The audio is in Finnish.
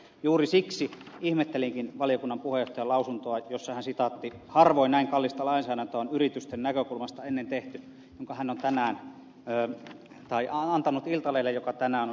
juuri siksi ihmettelinkin valiokunnan puheenjohtajan lausuntoa harvoin näin kallista lainsäädäntöä on yritysten näkökulmasta ennen tehty jonka hän on antanut iltalehdelle ja joka on tänään julkaistu